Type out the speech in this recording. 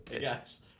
yes